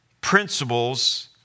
principles